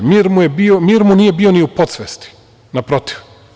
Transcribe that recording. Mir mu nije bio ni u podsvesti, naprotiv.